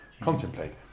contemplate